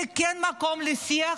זה כן מקום לשיח,